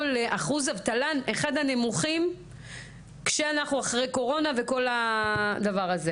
לאחוז אבטלה שהוא אחד הנמוכים כשאנחנו אחרי קורונה וכל הדבר הזה.